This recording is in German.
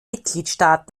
mitgliedstaaten